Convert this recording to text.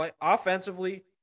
Offensively